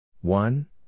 one